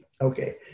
Okay